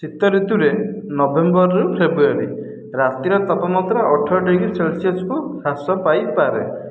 ଶୀତଋତୁରେ ନଭେମ୍ବରରୁ ଫେବ୍ରୁଆରୀ ରାତିର ତାପମାତ୍ରା ଅଠର ଡିଗ୍ରୀ ସେଲସିୟସ୍କୁ ହ୍ରାସ ପାଇପାରେ